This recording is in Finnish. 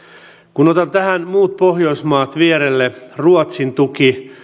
kun otan tähän muut pohjoismaat vierelle ruotsin tuki